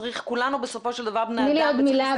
כולנו בסופו של דבר בני אדם --- תני לי עוד מילה.